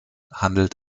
handelt